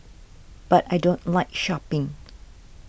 but I don't like shopping